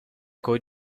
con